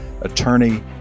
attorney